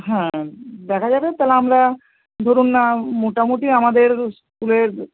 হ্যাঁ দেখা যাবে তালে আমরা ধরুন না মোটামোটি আমাদের স্কুলের